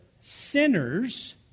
sinners